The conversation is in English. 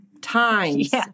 times